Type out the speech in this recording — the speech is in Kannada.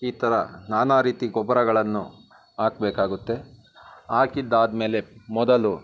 ಈ ಥರ ನಾನಾ ರೀತಿ ಗೊಬ್ಬರಗಳನ್ನು ಹಾಕ್ಬೇಕಾಗುತ್ತೆ ಹಾಕಿದ್ದಾದ್ಮೇಲೆ ಮೊದಲು